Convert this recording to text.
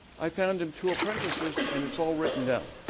i found him two apprentices and it's all written down.